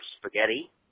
spaghetti